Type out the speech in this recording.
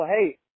Hey